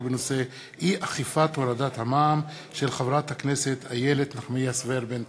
בהצעת חברת הכנסת איילת נחמיאס ורבין בנושא: